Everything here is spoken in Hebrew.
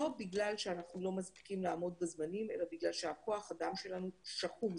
לא בגלל שאנחנו לא מספיקים לעמוד בזמנים אלא בגלל שכוח האדם שלנו שחוק.